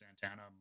Santana